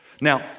Now